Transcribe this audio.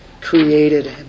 created